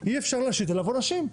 אי אפשר להשית עליו עונשים.